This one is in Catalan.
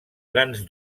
grans